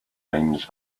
rhymes